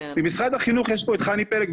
ומשרד החינוך יש פה את חני פלג,